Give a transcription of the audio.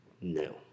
no